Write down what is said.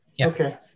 okay